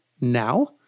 now